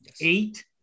eight